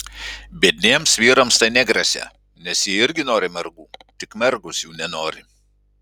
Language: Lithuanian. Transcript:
biedniems vyrams tai negresia nes jie irgi nori mergų tik mergos jų nenori